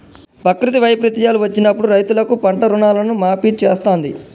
ప్రకృతి వైపరీత్యాలు వచ్చినప్పుడు రైతులకు పంట రుణాలను మాఫీ చేస్తాంది